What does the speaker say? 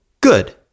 Good